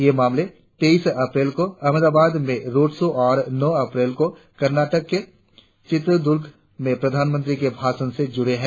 ये मामले तेइस अप्रैल को अहमदाबाद के रोड शो और नौ अप्रैल को कर्नाटक के चित्रद्र्ग में प्रधानमंत्री के भाषण से जुड़े हैं